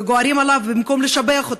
וגוערים בו במקום לשבח אותו,